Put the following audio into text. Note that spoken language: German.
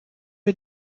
wir